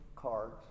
Cards